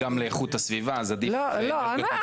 גם לאיכות הסביבה אז עדיף --- אגירה.